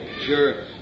Sure